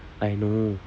I know